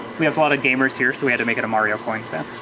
we have a lot of gamers here so we had to make it a mario coin sound.